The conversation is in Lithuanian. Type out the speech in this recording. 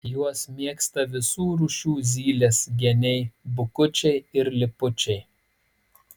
juos mėgsta visų rūšių zylės geniai bukučiai ir lipučiai